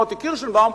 מוטי קירשנבאום,